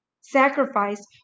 sacrifice